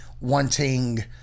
wanting